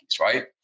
right